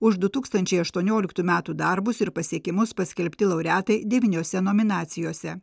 už du tūkstančiai aštuonioliktų metų darbus ir pasiekimus paskelbti laureatai devyniose nominacijose